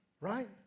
right